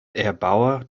erbauer